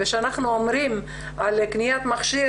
כשאנחנו אומרים על קניית מכשיר,